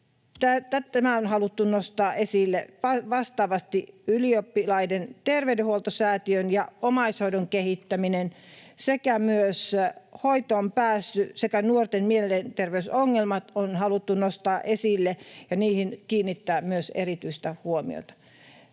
ja haluttu nostaa esille. Vastaavasti Ylioppilaiden terveydenhoitosäätiön ja omaishoidon kehittäminen sekä myös hoitoonpääsy sekä nuorten mielenterveysongelmat on haluttu nostaa esille ja niihin kiinnittää myös erityistä huomiota.